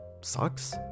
sucks